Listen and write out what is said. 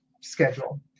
schedule